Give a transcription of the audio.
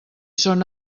són